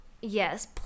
Yes